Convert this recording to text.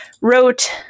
wrote